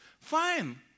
Fine